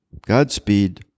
Godspeed